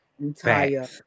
entire-